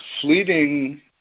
fleeting